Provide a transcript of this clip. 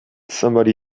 somebody